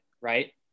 Right